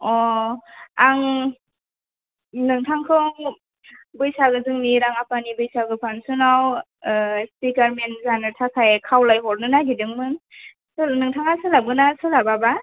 अ' आं नोंथांखौ बैसागो जोंनि राङा पानि बैसागो फान्सनाव ओ स्पिगारमेन जानो थाखाय खावलाय हरनो नागेरदोंमोन नोंथाङा सोलाबगोन्ना सोलाबाबा